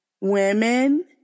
women